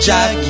Jack